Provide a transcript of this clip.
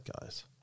guys